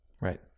right